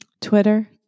Twitter